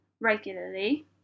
regularly